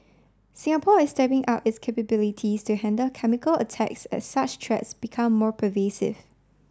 Singapore is stepping up its capabilities to handle chemical attacks as such threats become more pervasive